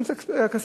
הסנקציה הכספית,